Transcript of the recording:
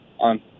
on